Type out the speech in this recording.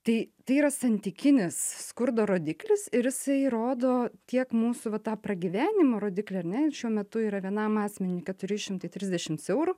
tai tai yra santykinis skurdo rodiklis ir jisai rodo tiek mūsų va tą pragyvenimo rodiklį ar ne šiuo metu yra vienam asmeniui keturi šimtai trisdešims eurų